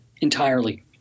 entirely